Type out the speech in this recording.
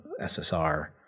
SSR